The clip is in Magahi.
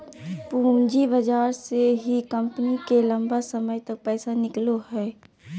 पूँजी बाजार से ही कम्पनी के लम्बा समय तक पैसा मिलो हइ